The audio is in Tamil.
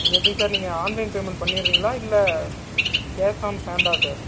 இது எப்படி சார் நீங்கள் ஆன்லைன் பேமெண்ட் பண்ணிடுறீங்களா இல்லை கேஷ் ஆன் ஹேண்டா சார்